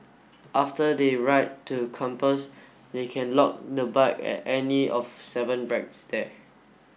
after they ride to campus they can lock the bike at any of seven racks there